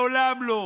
מעולם לא.